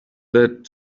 that